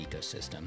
ecosystem